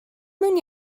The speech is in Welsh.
mewn